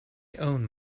own